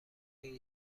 این